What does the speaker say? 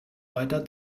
weiter